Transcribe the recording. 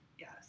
Yes